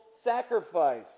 sacrifice